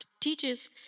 teaches